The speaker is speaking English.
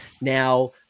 now